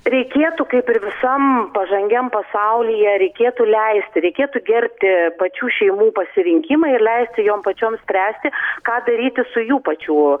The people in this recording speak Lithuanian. reikėtų kaip ir visam pažangiam pasaulyje reikėtų leisti reikėtų gerbti pačių šeimų pasirinkimą ir leisti jom pačiom spręsti ką daryti su jų pačių